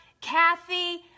Kathy